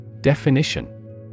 Definition